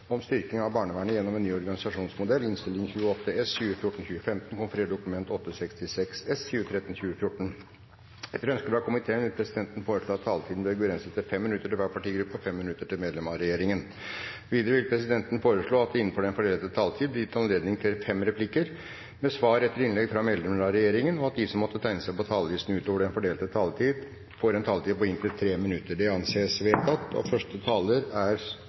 minutter til medlem av regjeringen. Videre vil presidenten foreslå at det blir gitt anledning til fem replikker med svar etter innlegg fra medlemmer av regjeringen innenfor den fordelte taletid, og at de som måtte tegne seg på talerlisten utover den fordelte taletid, får en taletid på inntil 3 minutter. – Det anses vedtatt.